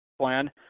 plan